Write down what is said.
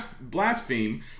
blaspheme